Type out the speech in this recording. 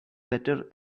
better